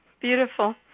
beautiful